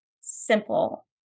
simple